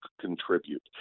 contribute